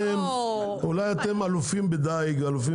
אולי אתם אלופים בדיג וכו',